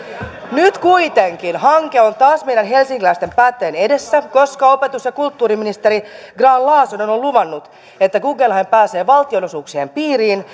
nyt kuitenkin hanke on taas meidän helsinkiläisten päättäjien edessä koska opetus ja kulttuuriministeri grahn laasonen on luvannut että guggenheim pääsee valtionosuuksien piiriin